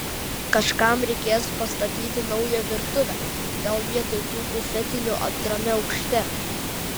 kažkam reikės pastatyti naują virtuvę gal vietoj tų bufetinių antrame aukšte